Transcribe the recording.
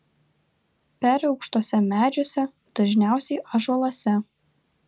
peri aukštuose medžiuose dažniausiai ąžuoluose